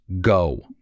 go